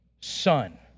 son